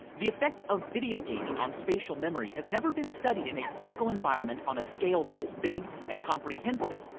the effect of video gaming on spatial memory has never been studied in a physical environment. on a scale this big and comprehensive,